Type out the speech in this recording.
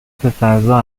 پسرزا